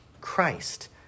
Christ